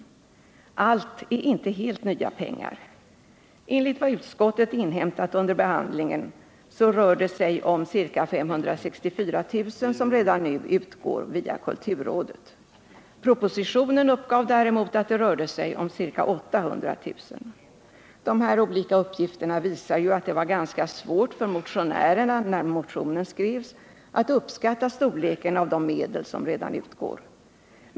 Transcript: Allt är inte helt nya pengar. Enligt vad utskottet inhämtat under behandlingen rör det sig om ca 564 000 kr. som redan nu utgår via kulturrådet. Propositionen uppgav däremot att det rörde sig om ca 800 000 kr. De olika uppgifterna visar att det var ganska svårt för motionärerna när motionen skrevs att uppskatta storleken av de medel som redan utgår.